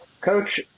Coach